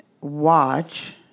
watch